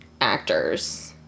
actors